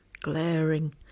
glaring